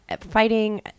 fighting